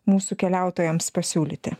mūsų keliautojams pasiūlyti